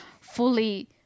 fully